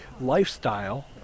lifestyle